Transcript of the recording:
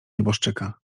nieboszczyka